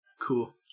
Cool